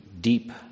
deep